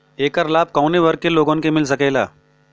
ऐकर लाभ काउने वर्ग के लोगन के मिल सकेला?